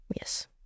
Yes